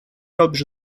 robisz